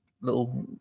little